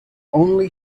only